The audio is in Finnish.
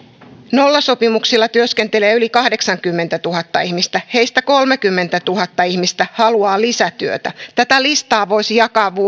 nollasopimuksilla työskentelee yli kahdeksankymmentätuhatta ihmistä heistä kolmekymmentätuhatta ihmistä haluaa lisätyötä tätä listaa voisi jatkaa